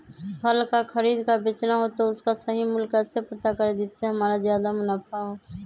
फल का खरीद का बेचना हो तो उसका सही मूल्य कैसे पता करें जिससे हमारा ज्याद मुनाफा हो?